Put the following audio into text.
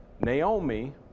Naomi